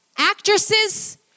actresses